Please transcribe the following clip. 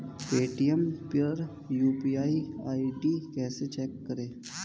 Paytm पर UPI ID कैसे check करें?